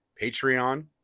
Patreon